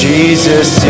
Jesus